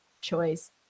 choice